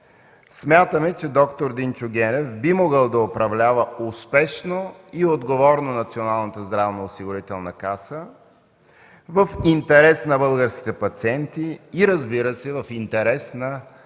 смятаме, че д-р Димчо Генов би могъл да управлява успешно и отговорно Националната здравноосигурителна каса в интерес на българските пациенти и, разбира се, в интерес на